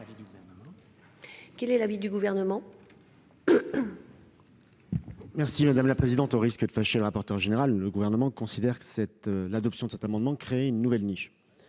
Quel est l'avis du Gouvernement ?